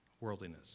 Worldliness